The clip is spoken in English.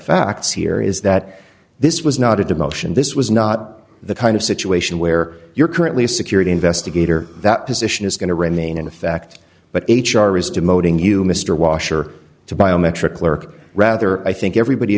facts here is that this was not a demotion this was not the kind of situation where you're currently a security investigator that position is going to remain in effect but h r is demoting you mr washer to biometric clerk rather i think everybody